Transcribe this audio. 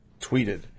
tweeted